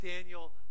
Daniel